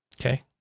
Okay